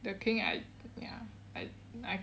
the king I ya I I